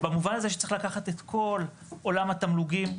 במובן הזה שצריך לקחת את כל עולם התמלוגים,